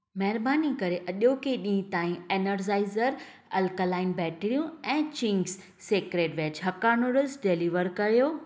महिरबानी करे अॼोके ॾींहं ताईं एनर्जाइज़र अल्कलाइन बैटरियूं ऐं Ching's secret veg hakka noodles deliver करियो